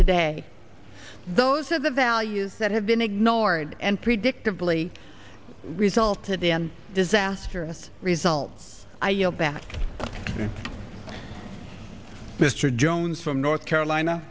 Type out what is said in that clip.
today those are the values that have been ignored and predictably resulted in disastrous results i yield back mr jones from north carolina